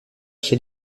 chez